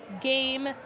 game